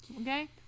Okay